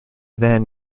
then